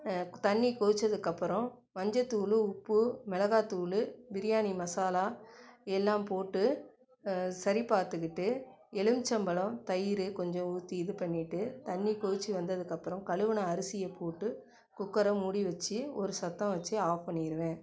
தண்ணி கொதிச்சதுக்கப்புறம் மஞ்சத்தூள் உப்பு மெளகாத்தூள் பிரியாணி மசாலா எல்லாம் போட்டு சரி பார்த்துக்கிட்டு எழும்பிச்சம் பழம் தயிர் கொஞ்சம் ஊற்றி இது பண்ணிட்டு தண்ணி கொதிச்சு வந்ததுக்கப்புறம் கழுவின அரிசியை போட்டு குக்கரை மூடி வச்சு ஒரு சத்தம் வச்சு ஆஃப் பண்ணிடுவேன்